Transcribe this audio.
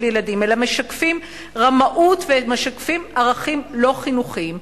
ילדים אלא משקפים רמאות ומשקפים ערכים לא חינוכיים,